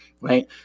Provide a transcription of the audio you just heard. right